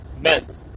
meant